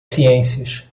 ciências